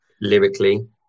lyrically